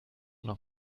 noch